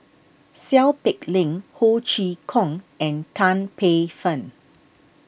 Seow Peck Leng Ho Chee Kong and Tan Paey Fern